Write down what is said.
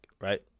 right